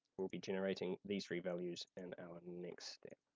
we'll be generating these three values in out next step.